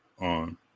on